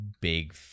big